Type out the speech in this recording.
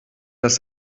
dass